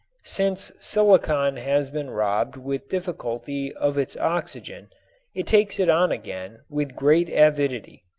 since silicon has been robbed with difficulty of its oxygen it takes it on again with great avidity.